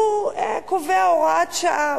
הוא קובע הוראת שעה.